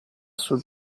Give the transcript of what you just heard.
sul